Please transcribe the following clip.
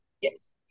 yes